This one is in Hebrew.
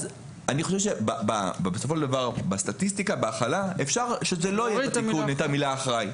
אני חושב שבסופו של דבר בסטטיסטיקה אפשר שבתיקון לא תהיה המילה אחראי.